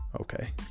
okay